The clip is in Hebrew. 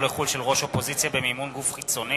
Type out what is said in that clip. לחוץ-לארץ של יושב-ראש האופוזיציה במימון גוף חיצוני.